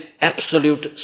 absolute